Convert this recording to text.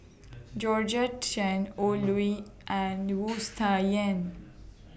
Georgette Chen Oi Lin and Wu Tsai Yen